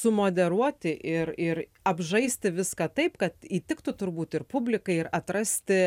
sumoderuoti ir ir apžaisti viską taip kad įtiktų turbūt ir publikai ir atrasti